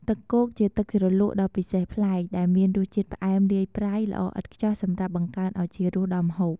ទឹកគោកជាទឹកជ្រលក់ដ៏ពិសេសប្លែក ដែលមានរសជាតិផ្អែមលាយប្រៃ ល្អឥតខ្ចោះសម្រាប់បង្កើនឱជារសដល់ម្ហូប។